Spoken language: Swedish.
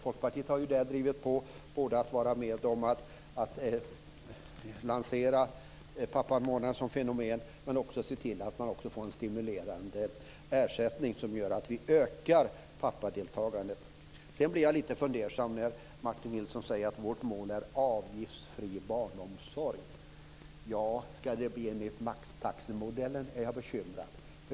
Folkpartiet har drivit på både genom att vara med om att lansera pappamånaden och genom att se till att ersättningen blir stimulerande, som gör att vi ökar pappadeltagandet. Jag blir lite fundersam när Martin Nilsson säger: Vårt mål är avgiftsfri barnomsorg. Ska det bli enligt maxtaxemodellen så är jag bekymrad.